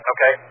Okay